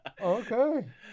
Okay